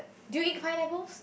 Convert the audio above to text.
do you eat pineapples